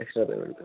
extra payment